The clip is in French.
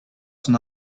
son